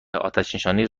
آتشنشانی